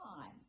time